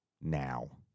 now